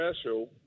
special